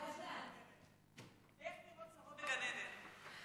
איך נראות צרות בגן עדן.